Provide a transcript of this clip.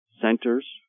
centers